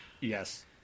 Yes